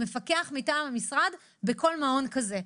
מפקח מטעם המשרד בכל מעון כזה.